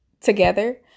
together